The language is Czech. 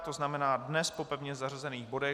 To znamená dnes po pevně zařazených bodech.